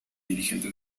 dirigente